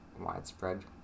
widespread